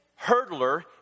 hurdler